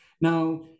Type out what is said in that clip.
Now